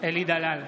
אלי דלל,